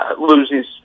Loses